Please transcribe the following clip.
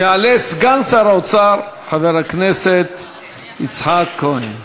יעלה סגן שר האוצר חבר הכנסת יצחק כהן.